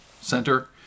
center